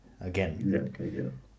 again